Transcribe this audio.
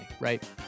right